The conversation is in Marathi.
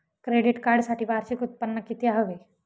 क्रेडिट कार्डसाठी वार्षिक उत्त्पन्न किती हवे?